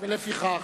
ולפיכך?